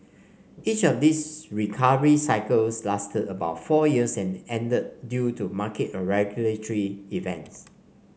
each of these recovery cycles lasted about four years and ended due to market or regulatory events